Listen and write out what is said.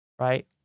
right